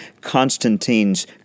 Constantine's